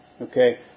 Okay